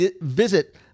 visit